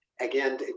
again